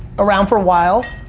around for a while,